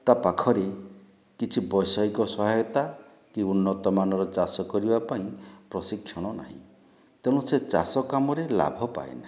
ତା' ପାଖରେ କିଛି ବୈଷୟିକ ସହାୟତା କି ଉନ୍ନତମାନର ଚାଷ କରିବା ପାଇଁ ପ୍ରଶିକ୍ଷଣ ନାହିଁ ତେଣୁ ସେ ଚାଷ କାମରେ ଲାଭ ପାଏ ନାହିଁ